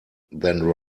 than